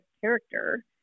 character